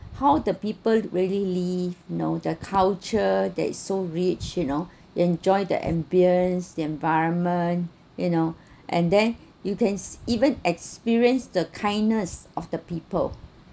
how the people really know the culture that so rich you know enjoy the ambience the environment you know and they're utans even experience the kindness of the people